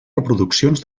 reproduccions